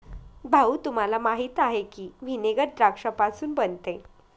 भाऊ, तुम्हाला माहीत आहे की व्हिनेगर द्राक्षापासून बनते